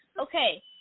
okay